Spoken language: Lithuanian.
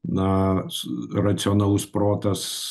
na s racionalus protas